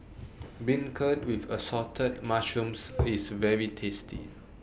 Beancurd with Assorted Mushrooms IS very tasty